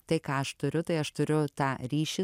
tai ką aš turiu tai aš turiu tą ryšį